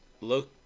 look